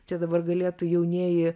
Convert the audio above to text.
čia dabar galėtų jaunieji